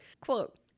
Quote